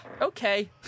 Okay